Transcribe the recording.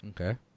Okay